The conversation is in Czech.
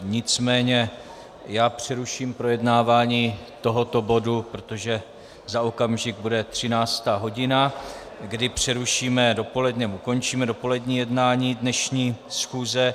Nicméně já přeruším projednávání tohoto bodu, protože za okamžik bude 13. hodina, kdy přerušíme nebo ukončíme dopolední jednání dnešní schůze.